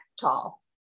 tall